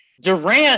Durant